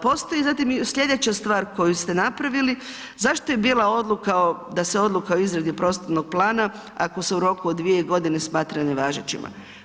Postoje zatim i sljedeća stvar koju ste napravili, zašto je bila odluka da se odluka o izradi prostornog plana, ako se u roku od 2 godine smatra nevažećima?